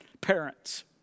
Parents